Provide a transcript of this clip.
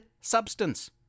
substance